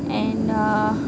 and uh